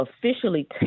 officially